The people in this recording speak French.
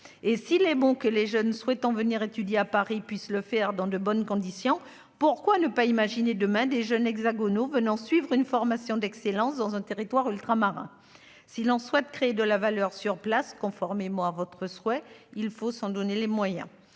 S'il est positif que les jeunes souhaitant étudier à Paris puissent le faire dans de bonnes conditions, pourquoi ne pas imaginer, demain, que de jeunes hexagonaux viennent suivre une formation d'excellence dans un territoire ultramarin ? Si l'on souhaite créer de la valeur sur place, conformément à votre souhait, monsieur le ministre, il faut s'en donner les moyens.